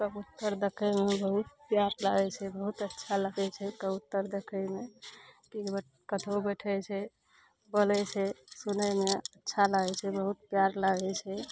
कबुत्तर देखैमे बहुत प्यास लागै छै बहुत अच्छा लागै छै कबुत्तर देखैमे कतहो बैठै छै बोलै छै सुनैमे अच्छा लागै छै बहुत प्यार लागै छै